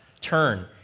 turn